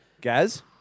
Gaz